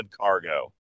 cargo